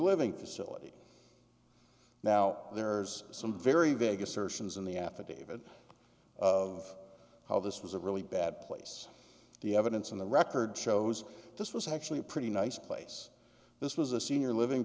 living facility now there's some very vague assertions in the affidavit of how this was a really bad place the evidence in the record shows this was actually a pretty nice place this was a senior living